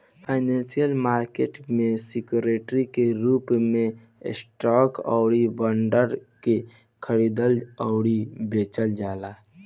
financial market में security के रूप में स्टॉक अउरी बॉन्ड के खरीदल अउरी बेचल जाला